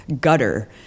gutter